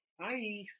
Hi